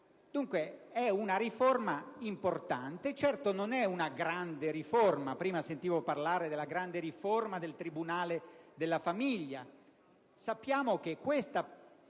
Dunque è una riforma importante. Certo, non è una grande riforma; prima sentivo parlare della grande riforma del tribunale della famiglia.